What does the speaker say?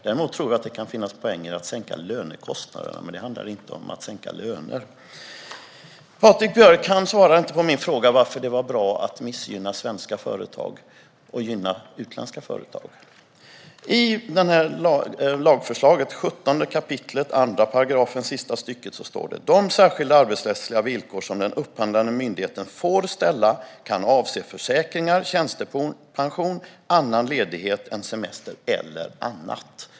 Däremot kan det finnas poänger med att sänka lönekostnaderna, men det handlar inte om att sänka lönerna. Patrik Björck svarade inte på min fråga om varför det är bra att missgynna svenska företag och gynna utländska företag. I lagförslagets 17 kap. 2 § sista stycket står det: "De särskilda arbetsrättsliga villkor som den upphandlande myndigheten får ställa kan avse försäkringar, tjänstepension, annan ledighet än semester eller annat."